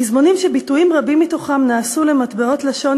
פזמונים שביטויים רבים מתוכם נעשו למטבעות לשון